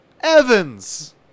Evans